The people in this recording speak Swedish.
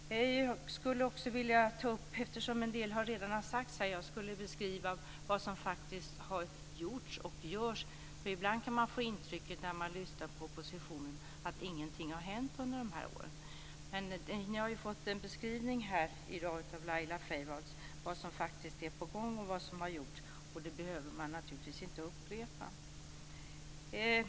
En del har redan sagts här av det jag hade tänkt ta upp. Jag skulle beskriva vad som faktiskt har gjorts och görs. Ibland kan man få intrycket när man lyssnar på oppositionen att ingenting har hänt under de här åren. Men vi har fått en beskrivning här i dag av Laila Freivalds av vad som är på gång och vad som har gjorts. Jag behöver naturligtvis inte upprepa den.